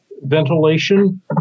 ventilation